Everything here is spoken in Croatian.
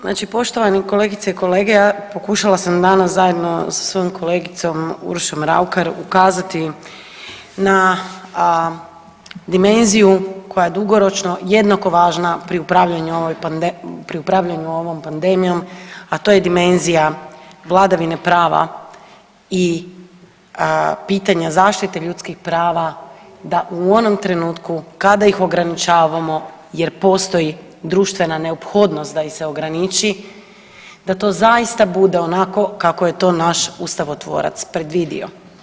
Znači poštovane kolegice i kolege, pokušala sam zajedno sa svojom kolegicom Uršom Raukar ukazati na dimenziju koja dugoročno jednako važna pri upravljanju ovom pandemijom, a to je dimenzija vladavine prava i pitanja zaštite ljudskih prava da u onom trenutku kada ih ograničavamo jer postoji društvena neophodnost da ih se ograniči da to zaista bude onako kako je to naš ustavotvorac predvidio.